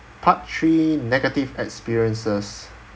part three negative experiences